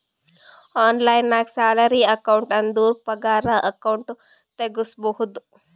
online ನಾಗ್ salary account ಅಂದುರ್ ಪಗಾರ ಅಕೌಂಟ್ ತೆಗುಸ್ಬೋದು